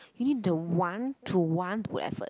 you need the want to want to put effort